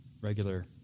regular